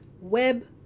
web